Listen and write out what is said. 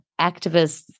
activists